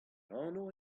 anv